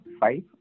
five